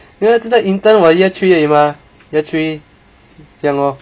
year 在这个 intern 我 three year 而已 mah year three 这样 lor